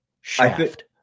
Shaft